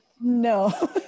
No